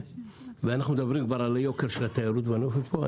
ואנחנו מדברים כבר על יוקר התיירות והנופש פה,